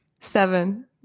Seven